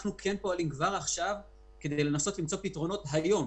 אנחנו פועלים כדי למצוא פתרונות היום,